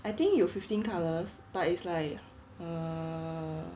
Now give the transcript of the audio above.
I think 有 fifteen colours but it's like err